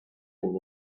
name